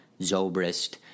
Zobrist